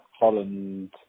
Holland